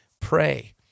Pray